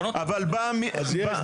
אבל בא --- אז יש,